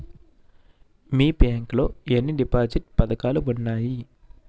మీ bank లో ఎన్ని deposit పథకాలు ఉన్నాయి?